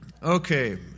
Okay